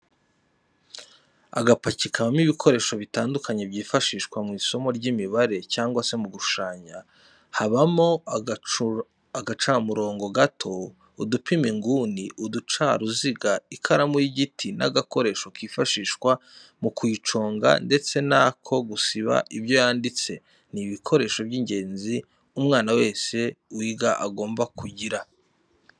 Agapaki kabamo ibikoresho bitandukanye byifashishwa mu isomo ry'imibare cyangwa se mu gushushanya, habamo agacamurongo gato, udupima inguni, uducaruziga, ikaramu y'igiti n'agakoresho kifashishwa mu kuyiconga ndetse n'ako gusiba ibyo yanditse, ni ibikoresho by'ingenzi umwana wese wiga aba agomba kugira.